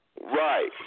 Right